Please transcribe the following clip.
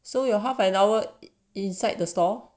so you're half an hour inside the store